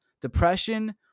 Depression